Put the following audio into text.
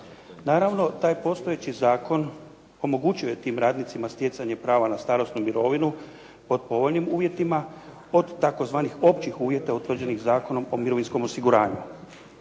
Naravno taj postojeći zakon omogućuje tim radnicima stjecanje prava na starosnu mirovinu pod povoljnim uvjetima od tzv. općih uvjeta utvrđenih zakonom po mirovinskom osiguranju.